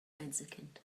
einzelkind